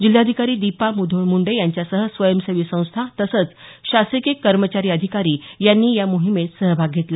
जिल्हाधिकारी दिपा मुधोळ मुंडे यांच्यासह स्वयंसेवी संस्था तसंच शासकीय कर्मचारी अधिकारी यांनी या मोहिमेत सहभाग घेतला